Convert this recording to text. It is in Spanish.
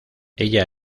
ella